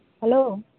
hello